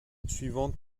suivantes